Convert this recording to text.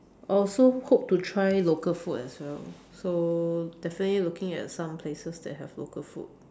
I also hope to try local food as well so definitely looking at some places that have local food